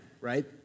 right